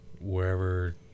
Wherever